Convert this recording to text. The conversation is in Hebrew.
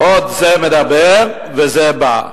"עוד זה מדבר וזה בא".